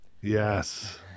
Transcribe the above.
Yes